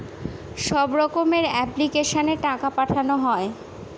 সব রকমের এপ্লিক্যাশনে টাকা পাঠানো হয়